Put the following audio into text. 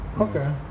Okay